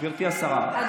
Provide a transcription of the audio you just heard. אני מבקש, חברים.